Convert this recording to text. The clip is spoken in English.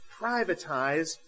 privatize